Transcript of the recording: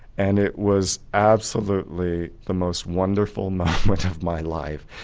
and it was absolutely the most wonderful moment of my life.